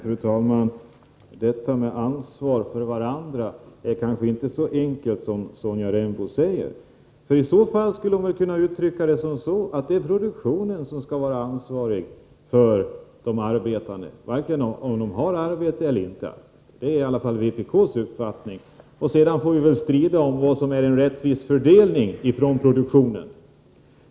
Fru talman! Detta med att ta ansvar för varandra är kanske inte så enkelt som Sonja Rembo säger. I så fall skulle hon kunna uttrycka det genom att säga att det är produktionen som skall ansvara för de arbetande, vare sig de har arbete eller inte. Det är i varje fall vpk:s uppfattning. Sedan får vi väl strida om vad som är en rättvis fördelning av produktionens resultat.